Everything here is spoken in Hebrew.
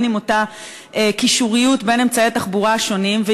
בין אם באותה קישוריות בין אמצעי התחבורה השונים.